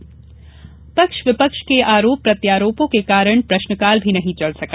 पक्ष विपक्ष के आरोप प्रत्यारोप के कारण प्रश्नकाल भी नहीं चल सका